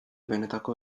benetako